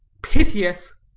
piteous.